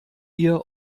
ihr